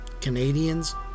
Canadians